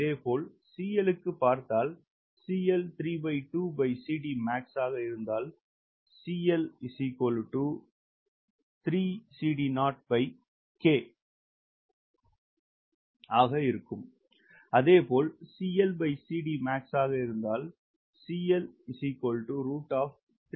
இதேபோல் CL க்கு பார்த்தால் max ஆக இருந்தால் CL ஆக இருக்கும் அதேபோல் ஆக இருந்தால் CL ஆக இருக்கும்